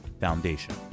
foundation